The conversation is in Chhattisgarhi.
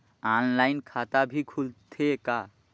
ऑनलाइन खाता भी खुलथे का?